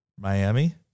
Miami